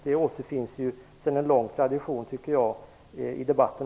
Det återfinns också, enligt en lång tradition, i debatten.